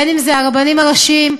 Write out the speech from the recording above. בין שאלה הרבנים הראשיים,